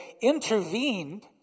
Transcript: intervened